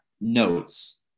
notes